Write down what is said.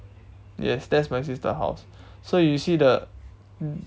yes that's my sister's house so you see the